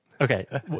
Okay